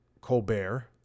Colbert